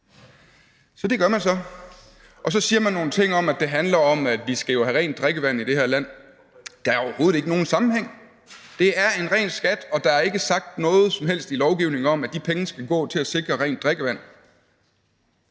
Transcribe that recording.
Så det gør man så, og så siger man nogle ting om, at det handler om, at vi skal have rent drikkevand i det her land. Der er overhovedet ikke nogen sammenhæng. Det er en ren skat, og der står ikke noget som helst i lovgivningen om, at de penge skal gå til at sikre rent drikkevand.